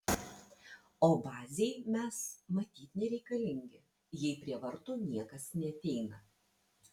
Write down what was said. o bazei mes matyt nereikalingi jei prie vartų niekas neateina